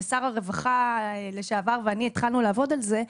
ושר הרווחה לשעבר ואני התחלנו לעבוד על זה,